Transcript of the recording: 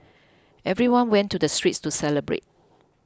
everyone went to the streets to celebrate